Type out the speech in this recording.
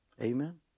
Amen